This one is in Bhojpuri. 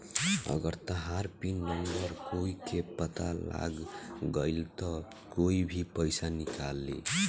अगर तहार पिन नम्बर कोई के पता लाग गइल त कोई भी पइसा निकाल ली